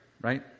Right